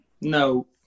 No